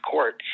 Court